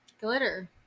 Glitter